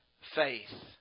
faith